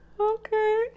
Okay